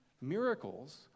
Miracles